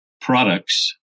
products